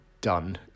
done